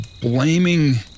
blaming